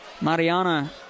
Mariana